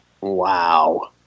Wow